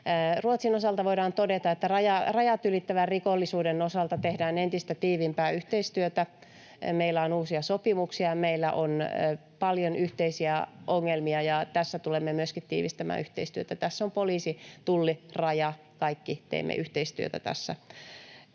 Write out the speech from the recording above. Ruotsin osalta voidaan todeta, että rajat ylittävän rikollisuuden osalta tehdään entistä tiiviimpää yhteistyötä. Meillä on uusia sopimuksia, ja meillä on paljon yhteisiä ongelmia, ja tässä tulemme myöskin tiivistämään yhteistyötä. Tässä on poliisi, Tulli, Raja — kaikki teemme yhteistyötä tässä.